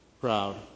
proud